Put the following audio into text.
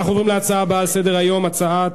אנחנו עוברים להצעות הבאות שעל סדר-היום, בנושא: